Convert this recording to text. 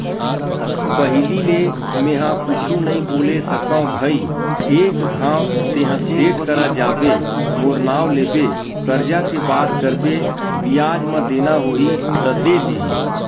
पहिली ले मेंहा कुछु नइ बोले सकव भई एक घांव तेंहा सेठ करा जाबे मोर नांव लेबे करजा के बात करबे बियाज म देना होही त दे दिही